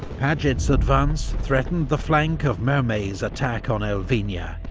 paget's advance threatened the flank of mermet's attack on elvina,